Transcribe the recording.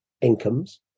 incomes